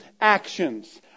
actions